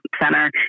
center